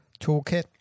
toolkit